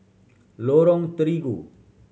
Lorong Terigu